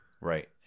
Right